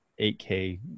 8K